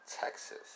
Texas